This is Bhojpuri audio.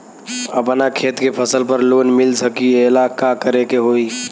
अपना खेत के फसल पर लोन मिल सकीएला का करे के होई?